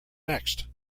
next